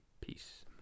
Peace